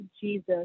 Jesus